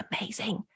amazing